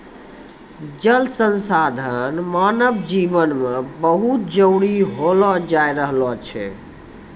जल संसाधन मानव जिवन मे बहुत जरुरी होलो जाय रहलो छै